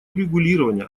урегулирования